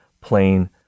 plain